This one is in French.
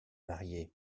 mariée